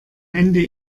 ende